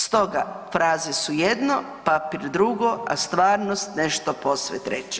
Stoga fraze su jedno, papir drugo, a stvarnost nešto posve treće.